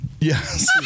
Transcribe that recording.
Yes